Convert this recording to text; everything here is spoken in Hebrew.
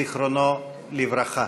זיכרונו לברכה.